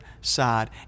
side